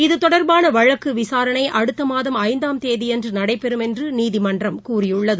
இது தொடர்பானவழக்குவிசாரணைஅடுத்தமாதம் ஐந்தாம் தேதியன்றுநடைபெறும் என்றுநீதிமன்றம் கூறியுள்ளது